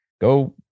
Go